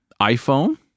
iPhone